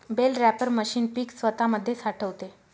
bell wrapper machine पीक स्वतामध्ये साठवते